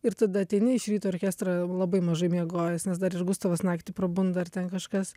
ir tada ateini iš ryto į orkestrą labai mažai miegojęs nes dar ir gustavas naktį prabunda ar ten kažkas